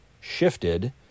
shifted